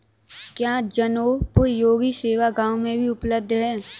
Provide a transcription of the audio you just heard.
क्या जनोपयोगी सेवा गाँव में भी उपलब्ध है?